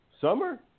summer